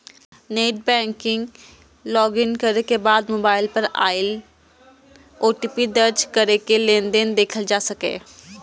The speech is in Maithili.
नेट बैंकिंग लॉग इन के बाद मोबाइल पर आयल ओ.टी.पी दर्ज कैरके लेनदेन देखल जा सकैए